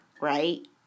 right